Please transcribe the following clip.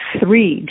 three